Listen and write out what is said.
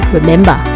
Remember